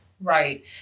Right